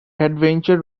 adventure